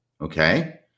Okay